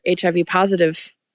HIV-positive